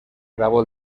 grabó